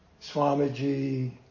Swamiji